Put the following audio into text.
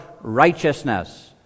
righteousness